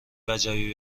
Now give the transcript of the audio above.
وجبی